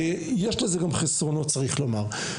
יש לזה גם חסרונות, צריך לומר.